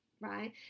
right